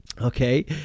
okay